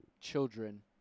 children